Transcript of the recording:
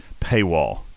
paywall